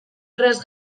erraz